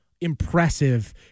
impressive